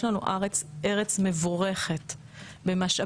יש לנו ארץ מבורכת במשאבים.